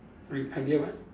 r~ ideal what